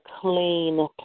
clean